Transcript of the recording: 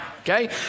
okay